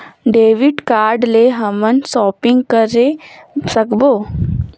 Debit card ले हमन shopping करे सकबो?